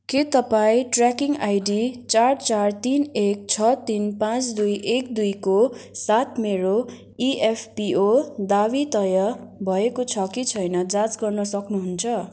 के तपाईँ tracking ID चार चार तिन एक छ तिन पाँच दुई एक दुई को साथ मेरो इपिएफओ दावी तय भएको छ कि छैन जाँच गर्न सक्नुहुन्छ